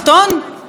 היום גם שמענו,